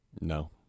no